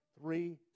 three